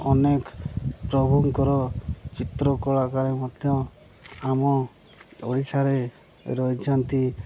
ଅନେକ ପ୍ରଭୁଙ୍କର ଚିତ୍ର କଳାକାର ମଧ୍ୟ ଆମ ଓଡ଼ିଶାରେ ରହିଛନ୍ତି